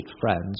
friends